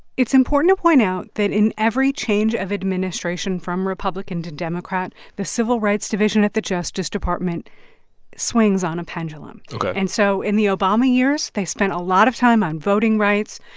it's important to point out that in every change of administration from republican to democrat, the civil rights division at the justice department swings on a pendulum ok and so in the obama years, they spent a lot of time on voting rights,